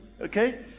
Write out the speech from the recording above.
Okay